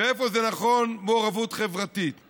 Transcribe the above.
ואיפה מעורבות חברתית היא נכונה.